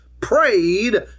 prayed